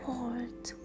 Hold